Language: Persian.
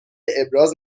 ابراز